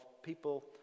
People